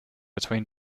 between